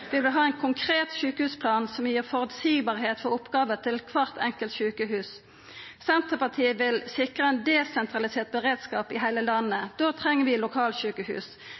Vi vil ha ein konkret sjukehusplan som gjer oppgåvene til kvart enkelt sjukehus føreseielege. Senterpartiet vil sikra ein desentralisert beredskap i heile landet. Då treng vi lokalsjukehus.